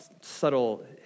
Subtle